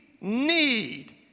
need